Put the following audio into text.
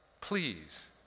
Please